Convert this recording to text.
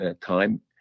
time